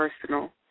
personal